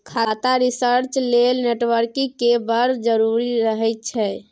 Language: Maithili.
खाता रिसर्च लेल नेटवर्किंग केर बड़ जरुरी रहय छै